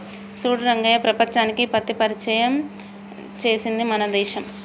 చూడు రంగయ్య ప్రపంచానికి పత్తిని పరిచయం చేసింది మన దేశం